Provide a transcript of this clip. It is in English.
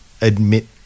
admit